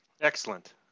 Excellent